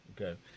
Okay